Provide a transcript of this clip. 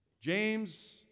James